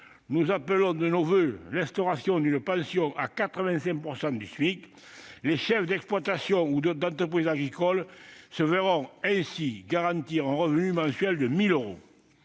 nous appelons de nos voeux l'instauration d'une pension à 85 % du SMIC. Les chefs d'exploitation ou d'entreprise agricole se verront ainsi garantir un revenu mensuel de 1 000 euros.